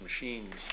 machines